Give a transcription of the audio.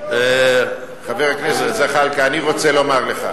אני רוצה לומר לך,